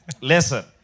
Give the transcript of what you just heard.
Listen